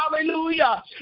hallelujah